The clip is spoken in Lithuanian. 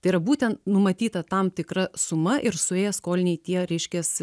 tai yra būtent numatyta tam tikra suma ir suėję skoliniai tie reiškias